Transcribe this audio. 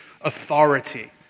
authority